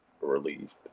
relieved